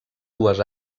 dues